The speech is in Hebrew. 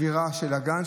שבירה של אגן,